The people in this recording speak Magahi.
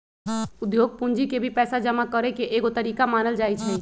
उद्योग पूंजी के भी पैसा जमा करे के एगो तरीका मानल जाई छई